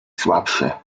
słabszy